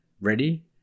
ready